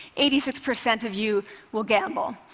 eighty six percent of you will gamble.